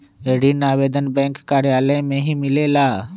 ऋण आवेदन बैंक कार्यालय मे ही मिलेला?